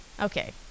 Okay